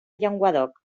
llenguadoc